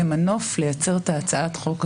זה מנוף לייצר את הצעת החוק הזאת,